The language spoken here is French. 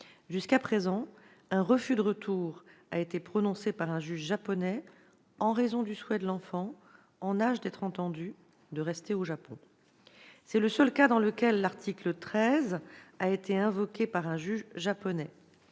Jusqu'à présent, un refus de retour a été prononcé par un juge japonais en raison du souhait de l'enfant, en âge d'être entendu, de rester au Japon. C'est le seul cas dans lequel l'article 13 de la Convention a été invoqué par un juge japonais.